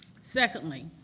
Secondly